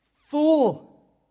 fool